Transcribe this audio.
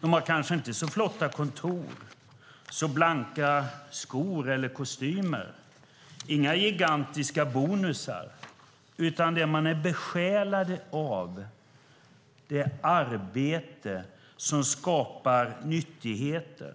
De har kanske inte så flotta kontor, blanka skor och kostymer eller gigantiska bonusar, men de är besjälade av arbete som skapar nyttigheter